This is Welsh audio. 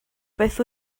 beth